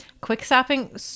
Quick-stopping